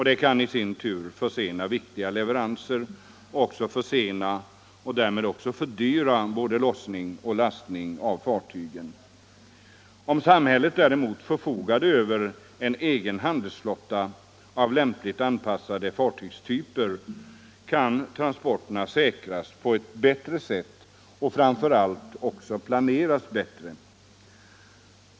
Detta kan i sin tur försena viktiga leveranser och även försena och därmed fördyra både lossning och lastning av fartygen. Om samhället däremot förfogade över en egen handelsflotta av lämpligt anpassade fartygstyper kunde transporterna säkras på ett bättre sätt och framför allt planeras bättre.